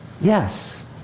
yes